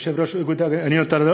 יושב-ראש איגוד הנאונטולוגים